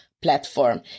platform